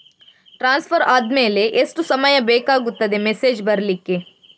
Transfer ಆದ್ಮೇಲೆ ಎಷ್ಟು ಸಮಯ ಬೇಕಾಗುತ್ತದೆ ಮೆಸೇಜ್ ಬರ್ಲಿಕ್ಕೆ?